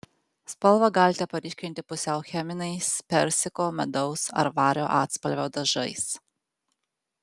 spalvą galite paryškinti pusiau cheminiais persiko medaus ar vario atspalvio dažais